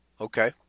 Okay